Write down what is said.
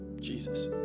Jesus